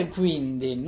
quindi